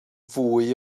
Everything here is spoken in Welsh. fwy